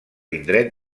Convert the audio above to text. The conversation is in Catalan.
indret